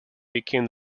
became